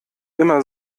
immer